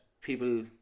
people